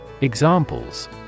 Examples